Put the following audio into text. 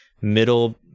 middle